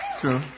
true